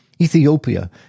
Ethiopia